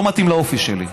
לא מתאים לאופי שלי.